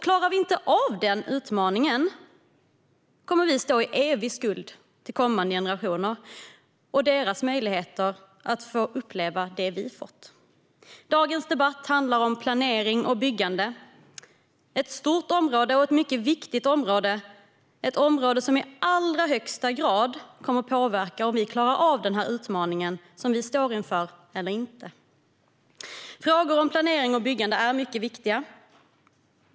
Klarar vi inte av den utmaningen kommer vi att stå i evig skuld till kommande generationer och deras möjligheter att få uppleva det vi fått. Dagens debatt handlar om planering och byggande. Det är ett stort och mycket viktigt område. Det är ett område som i allra högsta grad kommer att påverka om vi klarar av den utmaning vi står inför eller inte. Frågor om planering och byggande är mycket viktiga.